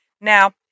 Now